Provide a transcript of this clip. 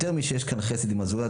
יותר משיש כאן חסד עם הזולת,